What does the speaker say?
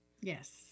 Yes